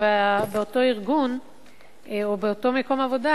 באותו ארגון או באותו מקום עבודה,